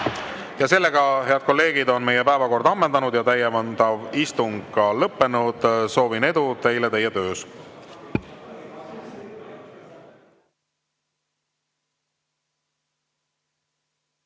võetud. Head kolleegid, meie päevakord on ammendatud ja täiendav istung lõppenud. Soovin edu teile teie töös.